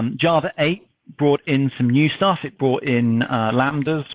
and java eight brought in some new stuff. it brought in lambda,